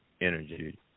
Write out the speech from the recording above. energy